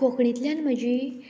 कोंकणींतल्यान म्हजी